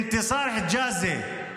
אנתסאר חג'אזי,